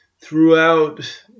throughout